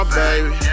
baby